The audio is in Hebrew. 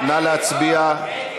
נא להצביע.